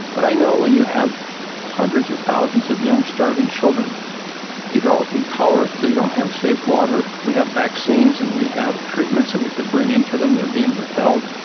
but i know when you have hundreds of thousands of young starving children developing cholera because they don't have safe water, we have vaccines and we have treatments that we could bring in to them, they are being withheld,